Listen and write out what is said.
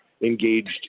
engaged